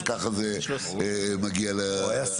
אז ככה זה מגיע לשם.